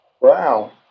Wow